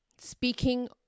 speaking